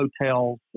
hotels